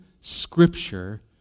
Scripture